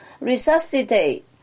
resuscitate